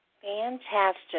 Fantastic